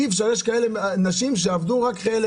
יש נשים שעבדו חלק,